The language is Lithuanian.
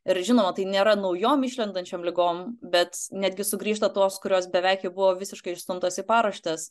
ir žinoma tai nėra naujom išlendančiom ligom bet netgi sugrįžta tos kurios beveik jau buvo visiškai išstumtos į paraštes